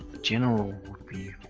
general would be.